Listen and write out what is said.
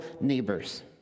neighbors